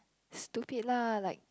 stupid lah like